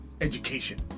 education